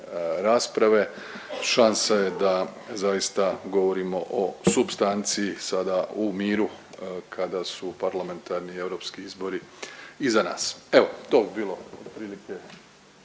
rasprave šansa je da zaista govorimo o supstanci sada u miru kada su parlamentarni europski izbori iza nas. Evo to bi bilo otprilike.